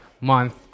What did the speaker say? month